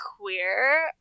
queer